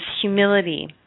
humility